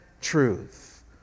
truth